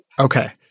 Okay